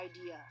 idea